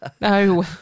No